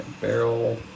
Barrel